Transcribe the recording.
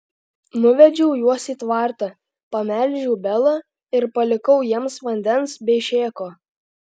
nuvedžiau juos į tvartą pamelžiau belą ir palikau jiems vandens bei šėko